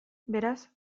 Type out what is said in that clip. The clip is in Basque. beraz